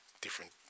Different